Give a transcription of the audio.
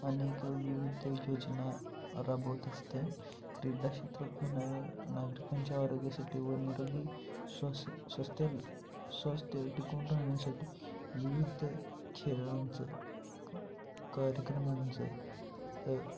अनेक विविध योजना राबवत असते क्रीडाक्षेत्र म्हणाल नागरिकांच्या आरोग्यासाठी व निरोगी स्वस स्वस्थ स्वास्थ्य टिकवून राहण्यासाठी विविध खेळांचं कार्यक्रमांचं